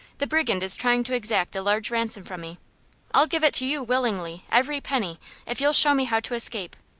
the brigand is trying to exact a large ransom from me i'll give it to you willingly every penny if you'll show me how to escape.